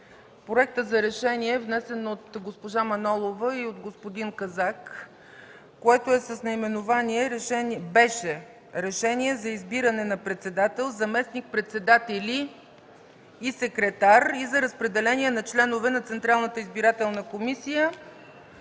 Проекта за решение, внесен от госпожа Манолова и от господин Казак, който беше с наименование: „Решение за избиране на председател, заместник-председатели и секретар и за разпределение на членове на Централната избирателна комисия”.